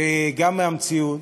וגם מהמציאות,